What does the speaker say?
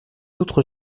autres